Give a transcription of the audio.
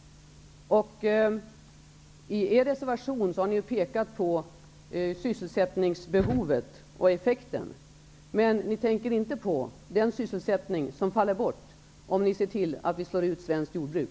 I er reservation pekar ni på sysselsättningsbehovet och effekten, men ni tänker inte på den sysselsättning som faller bort, om man slår ut svenskt jordbruk.